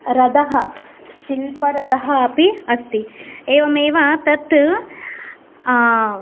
रथः शिल्परथः अपि अस्ति एवमेव तत्